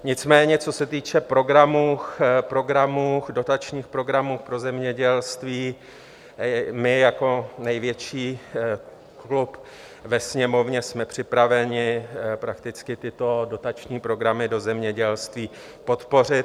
Nicméně co se týče programů, dotačních programů pro zemědělství, jako největší klub ve Sněmovně jsme připraveni prakticky tyto dotační programy do zemědělství podpořit.